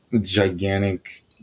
gigantic